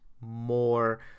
more